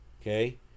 Okay